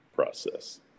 process